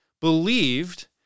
believed